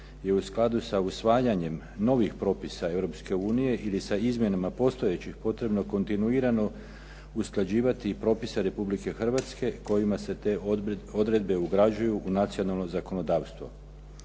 je u skladu sa usvajanjem novih propisa Europske unije ili sa izmjenama postojećih potrebno kontinuirano usklađivati i propise Republike Hrvatske kojima se te odredbe ugrađuju u nacionalno zakonodavstvo.